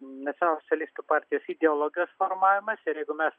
nacionalsocialistų partijos ideologijos formavimąsi ir jeigu mes